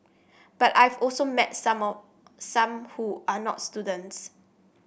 but I've also met some of some who are not students